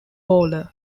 bowler